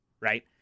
right